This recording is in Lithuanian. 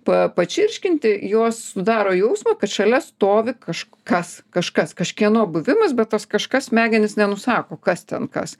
pa pačirškinti jos sudaro jausmą kad šalia stovi kažkas kažkas kažkieno buvimas bet tas kažkas smegenys nenusako kas ten kas